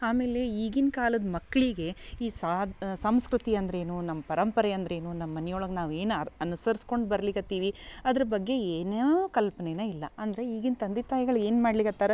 ಆಮೇಲೆ ಈಗಿನ ಕಾಲದ ಮಕ್ಕಳಿಗೆ ಈ ಸಾದ ಸಂಸ್ಕೃತಿ ಅಂದರೇನು ನಮ್ಮ ಪರಂಪರೆ ಅಂದರೇನು ನಮ್ಮ ಮನಿಯೊಳಗೆ ನಾವೇನು ಅರ್ ಅನುಸರ್ಸ್ಕೊಂಡು ಬರ್ಲಿಕತ್ತೀವಿ ಅದ್ರ ಬಗ್ಗೆ ಏನು ಕಲ್ಪನೆನ ಇಲ್ಲ ಅಂದರೆ ಈಗಿನ ತಂದೆ ತಾಯಿಗಳು ಏನು ಮಾಡ್ಲಿಗತ್ತರ